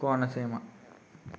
Konaseema